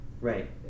Right